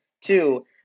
two